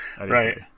right